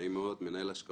בכלל